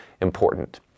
important